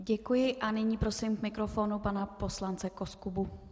Děkuji a nyní prosím k mikrofonu pana poslance Koskubu.